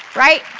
right?